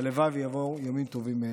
הלוואי שיבואו ימים טובים מאלה.